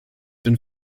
bin